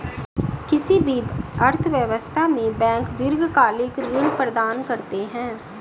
किसी भी अर्थव्यवस्था में बैंक दीर्घकालिक ऋण प्रदान करते हैं